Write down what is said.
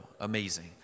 Amazing